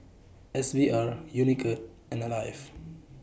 S V R Unicurd and Alive